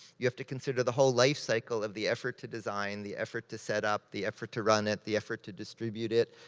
you have to consider the whole lifecycle of the effort to design, the effort to set up, the effort to run it, the effort to distribute it,